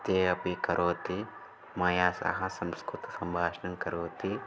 ते अपि करोति मया सह संस्कृतसम्भाषणं करोति